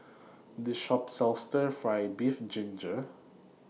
This Shop sells Stir Fry Beef Ginger Onions